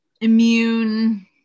immune